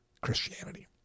Christianity